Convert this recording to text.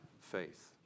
faith